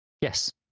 Yes